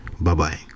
Bye-bye